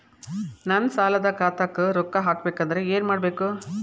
ನನ್ನ ಸಾಲದ ಖಾತಾಕ್ ರೊಕ್ಕ ಹಾಕ್ಬೇಕಂದ್ರೆ ಏನ್ ಮಾಡಬೇಕು?